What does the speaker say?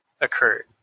occurred